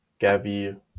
Gavi